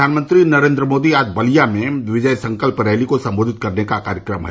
प्रधानमंत्री नरेन्द्र मोदी का आज बलिया में विजय संकल्प रैली को संबोधित करने का कार्यक्रम है